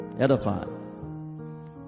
edifying